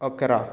अकरा